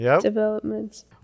developments